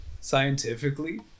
scientifically